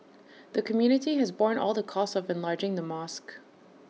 the community has borne all the costs of enlarging the mosque